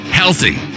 healthy